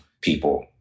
people